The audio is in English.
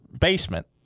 basement